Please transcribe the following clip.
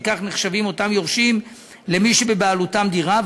וכך נחשבים אותם יורשים למי שבבעלותם דירה,